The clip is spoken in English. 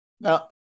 Now